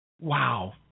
Wow